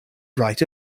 write